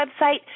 website